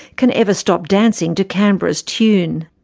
can ever stop dancing to canberra's tune.